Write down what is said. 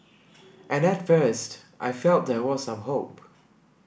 and at first I felt there was some hope